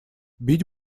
бить